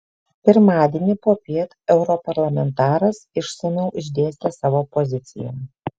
pirmadienį popiet europarlamentaras išsamiau išdėstė savo poziciją